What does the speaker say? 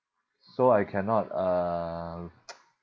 so I cannot uh